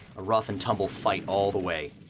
a rough and tumble fight all the way.